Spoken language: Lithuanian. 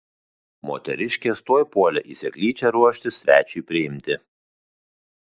moteriškės tuoj puolė į seklyčią ruoštis svečiui priimti